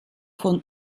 von